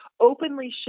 openly